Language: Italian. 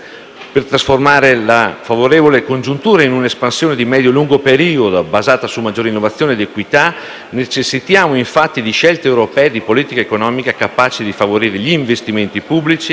Per trasformare la favorevole congiuntura in un'espansione di medio-lungo periodo, basata su maggiore innovazione ed equità sociale, necessitiamo infatti di scelte europee di politica economica capaci di favorire gli investimenti pubblici,